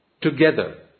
together